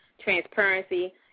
transparency